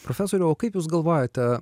profesoriau o kaip jūs galvojate